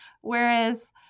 Whereas